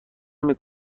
نمی